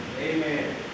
Amen